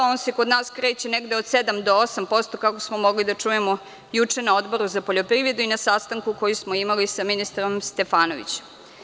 On se kod nas kreće negde od 7 do 8%, kako smo mogli da čujemo juče na Odboru za poljoprivredu i na sastanku koji smo imali sa ministrom Stefanovićem.